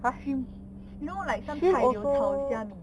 shrimp like you know some 菜 they will 炒虾米